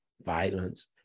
violence